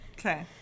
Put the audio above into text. Okay